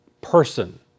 person